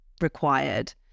required